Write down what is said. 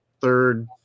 third